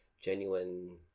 genuine